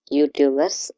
YouTubers